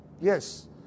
Yes